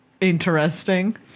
interesting